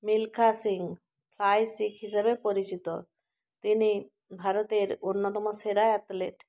Milkha Singh flying Sikh হিসাবে পরিচিত তিনি ভারতের অন্যতম সেরা অ্যাথলিট